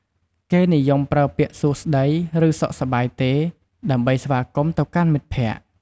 គេនិយមប្រើពាក្យ "សួស្ដី" ឬ "សុខសប្បាយទេ" ដើម្បីស្វាគមន៍ទៅកាន់មិត្តភក្តិ។